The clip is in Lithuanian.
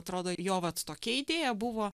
atrodo jo vat tokia idėja buvo